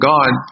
God